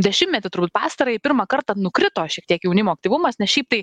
dešimtmetį turbūt pastarąjį pirmą kartą nukrito šiek tiek jaunimo aktyvumas ne šiaip tai